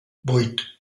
vuit